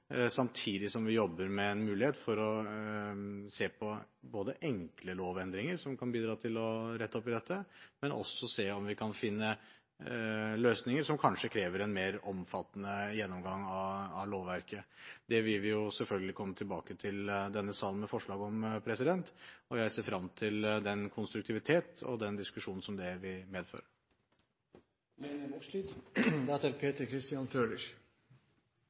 samtidig som vi jobber med en mulighet for å se både på enkle lovendringer, som kan bidra til å rette opp i dette, og på om vi kan finne løsninger som kanskje krever en mer omfattende gjennomgang av lovverket. Det vil vi selvfølgelig komme tilbake til denne salen med forslag om, og jeg ser frem til den konstruktivitet og den diskusjon som det vil medføre. Eg vil òg starte med å takke interpellanten for å bringe eit viktig tema opp til